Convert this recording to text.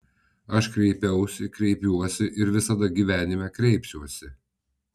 aš kreipiausi kreipiuosi ir visada gyvenime kreipsiuosi